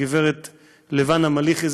הגברת לבנה מליחי,